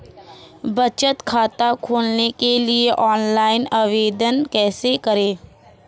बचत खाता खोलने के लिए ऑनलाइन आवेदन कैसे करें?